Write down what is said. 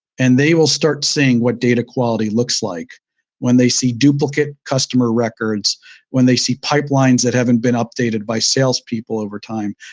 and they will start seeing what data quality looks like when they see duplicate customer records when they see pipelines that haven't been updated by salespeople over time.